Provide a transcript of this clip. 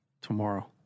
tomorrow